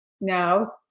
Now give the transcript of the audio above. No